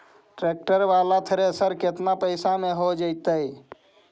Tractor बाला thresher केतना पैसा में हो जैतै?